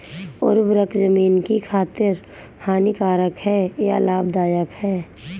उर्वरक ज़मीन की खातिर हानिकारक है या लाभदायक है?